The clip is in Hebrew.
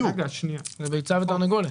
זה ביצה ותרנגולת.